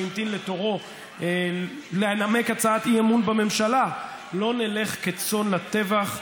שהמתין לתורו לנמק הצעת אי-אמון בממשלה: לא נלך כצאן לטבח,